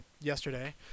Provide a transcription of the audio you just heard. yesterday